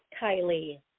Kylie